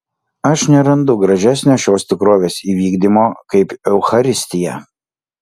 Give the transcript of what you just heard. aš nerandu gražesnio šios tikrovės įvykdymo kaip eucharistija